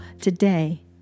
today